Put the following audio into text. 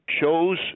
chose